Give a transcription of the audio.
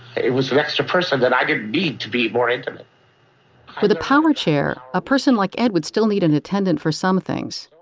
it was an extra person that i didn't need to be more intimate with a power chair, a person like ed would still need an attendant for some things.